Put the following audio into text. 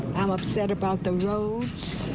i'm upset about the roads.